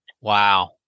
Wow